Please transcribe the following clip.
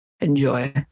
Enjoy